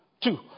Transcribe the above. Two